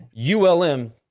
ULM